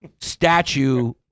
statue